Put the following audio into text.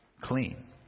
clean